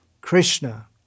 Krishna